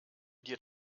dir